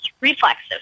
reflexive